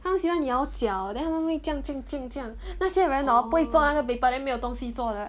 他们喜欢摇脚 then 他们会这样这样这样这样那些人 hor 不会做那个 paper then 没有东西做的